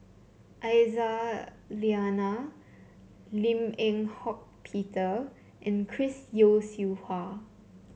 Aisyah Lyana Lim Eng Hock Peter and Chris Yeo Siew Hua